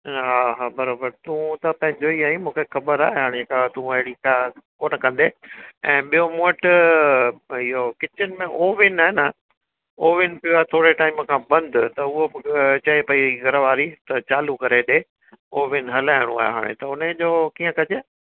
हा हा बराबरि तूं त पंहिंजो ई आहीं मूंखे ख़बर आहे हाणे तूं अहिड़ी का ॻाल्हि कोन कंदे ऐं ॿियो मूं वटि भई इहो किचन में ओविन आहे न ओविन पियो आहे थोरे टाइम खां बंदि त हुओ चए पई घर वारी त चालू करे ॾे ओविन हलाइणो आहे हाणे त इनजो कीअं कजे